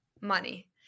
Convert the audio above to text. money